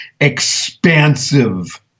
expansive